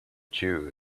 jew